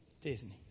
Disney